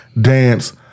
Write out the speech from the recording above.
dance